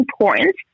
important